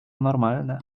normalne